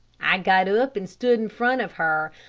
i got up and stood in front of her,